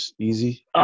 Easy